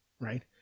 Right